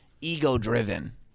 ego-driven